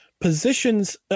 positions